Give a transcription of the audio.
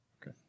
Okay